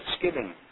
thanksgiving